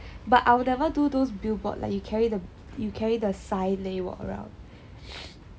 but I'll never do those billboard like you carry the you carry the sign then you walk around